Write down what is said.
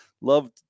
Loved